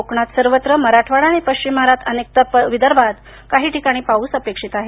कोकणात सर्वत्र मराठवाडा आणि पश्चिम महाराष्ट्रात अनेक तर विदर्भात काही ठिकाणी पाऊस अपेक्षित आहे